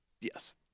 Yes